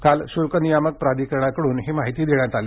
काल शुल्क नियामक प्राधिकरणाकडून ही माहिती देण्यात आली